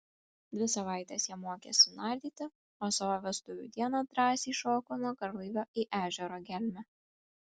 dvi savaites jie mokėsi nardyti o savo vestuvių dieną drąsiai šoko nuo garlaivio į ežero gelmę